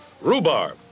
Rhubarb